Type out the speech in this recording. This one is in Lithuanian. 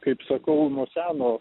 kaip sakau nuo seno